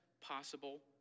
possible